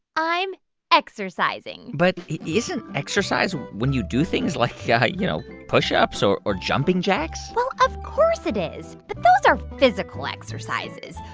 i'm exercising but isn't exercise when you do things like, yeah you know, push-ups or or jumping jacks? well, of course it is. but those are physical exercises.